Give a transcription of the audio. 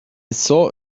saw